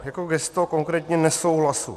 Jako gesto konkrétně nesouhlasu.